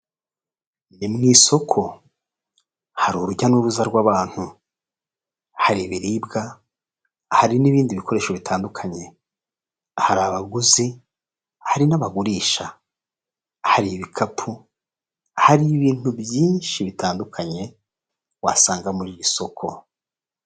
Ni mu isoko. Hari urujya n'uruza rw'abantu, hari ibiribwa, hari n'ibindi bikoresho bitandukanye. Hari abaguzi, hari n'abagurisha, hari ibikapu, hari ibintu byinshi bitandukanye wasanga muri iri soko.